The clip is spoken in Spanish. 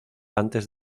antes